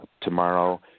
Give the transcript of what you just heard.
tomorrow